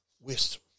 wisdom